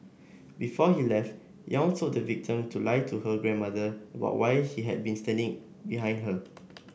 before he left Yong told the victim to lie to her grandmother about why he had been standing behind her